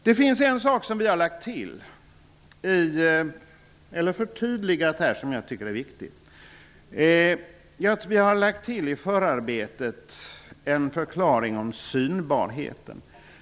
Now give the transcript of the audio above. Det finns en sak som har förtydligats och som jag tycker är viktigt. Vi har i förarbetet lagt till en förklaring om synbarheten.